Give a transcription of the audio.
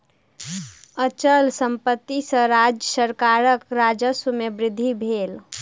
अचल संपत्ति सॅ राज्य सरकारक राजस्व में वृद्धि भेल